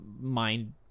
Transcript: mind